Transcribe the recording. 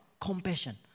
compassion